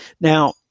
Now